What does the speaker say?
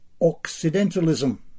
occidentalism